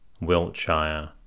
Wiltshire